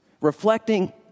reflecting